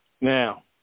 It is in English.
Now